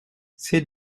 c’est